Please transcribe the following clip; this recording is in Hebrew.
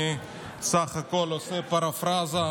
אני בסך הכול עושה פרפרזה.